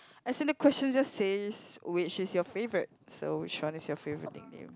actually question just says which is your favourite so which one is your favourite nickname